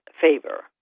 favor